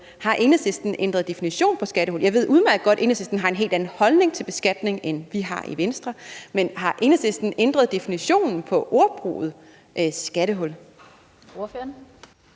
Har Enhedslisten ændret definition på skattehul? Jeg ved udmærket godt, at Enhedslisten har en helt anden holdning til beskatning, end vi har i Venstre, men har Enhedslisten ændret brugen af ordet skattehul? Kl.